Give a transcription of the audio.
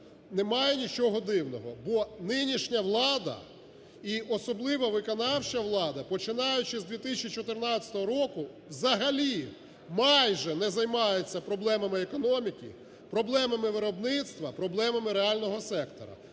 немає нічого дивного. Бо нинішня влада і особливо виконавча влада, починаючи з 2014 року взагалі майже не займається проблемами економіки, проблемами виробництва, проблемами реального сектору.